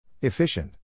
Efficient